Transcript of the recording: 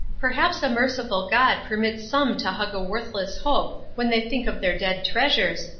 perhaps a merciful god permits some to hug a worthless hope when they think of their dead treasures,